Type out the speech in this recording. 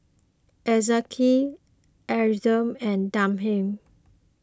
Ezekiel Adria and Damian